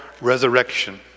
resurrection